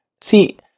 See